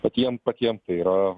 bet jiem patiem tai yra